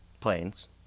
planes